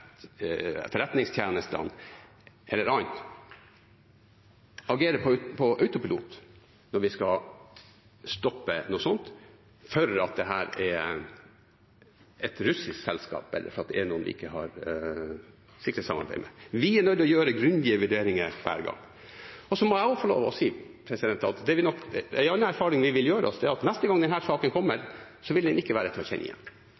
etterretningstjenestene eller andre agere på autopilot når vi skal stoppe noe slikt fordi dette er et russisk selskap, eller fordi det er noen vi ikke har sikkerhetssamarbeid med. Vi er nødt til å gjøre grundige vurderinger hver gang. Jeg må også få lov til å si at en annen erfaring vi vil gjøre oss, er at neste gang denne saken kommer opp, vil den ikke være til å kjenne igjen